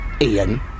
Ian